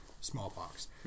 smallpox